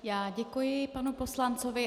Já děkuji panu poslancovi.